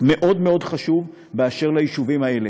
מאוד מאוד חשוב, כשמדובר ביישובים האלה.